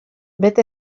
vet